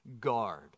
guard